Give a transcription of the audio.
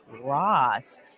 Ross